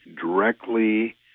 directly